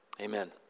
Amen